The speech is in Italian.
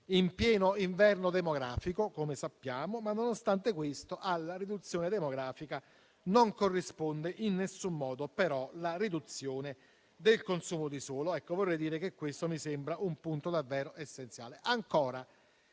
in pieno inverno demografico, ma - nonostante questo - alla riduzione demografica non corrisponde in alcun modo la riduzione del consumo di suolo. Vorrei dire che questo mi sembra un punto davvero essenziale.